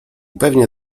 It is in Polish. pewnie